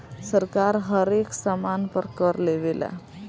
सरकार हरेक सामान पर कर लेवेला